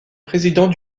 président